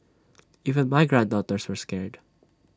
even my granddaughters were scared